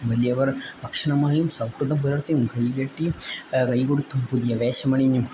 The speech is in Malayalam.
വലിയവർ ഭക്ഷണമായും സൗഹൃദം പുലർത്തിയും കൈ കെട്ടിയു കൈ കൊടുത്തും പുതിയ വേഷമണിഞ്ഞും